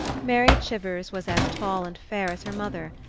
mary chivers was as tall and fair as her mother,